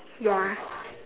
ya